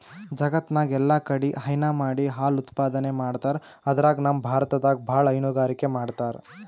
ಜಗತ್ತ್ನಾಗ್ ಎಲ್ಲಾಕಡಿ ಹೈನಾ ಮಾಡಿ ಹಾಲ್ ಉತ್ಪಾದನೆ ಮಾಡ್ತರ್ ಅದ್ರಾಗ್ ನಮ್ ಭಾರತದಾಗ್ ಭಾಳ್ ಹೈನುಗಾರಿಕೆ ಮಾಡ್ತರ್